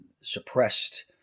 suppressed